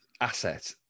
asset